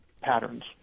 patterns